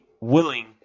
willing